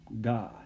God